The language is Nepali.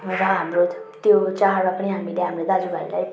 र हाम्रो त्यो चाडमा पनि हामीले हाम्रो दाजुभाइलाई